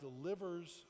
delivers